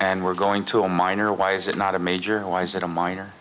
and we're going to a minor why is it not a major and why is that a minor